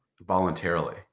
voluntarily